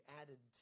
added